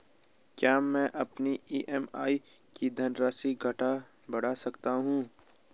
क्या मैं अपनी ई.एम.आई की धनराशि घटा बढ़ा सकता हूँ?